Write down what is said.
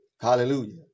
Hallelujah